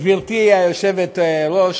גברתי היושבת-ראש,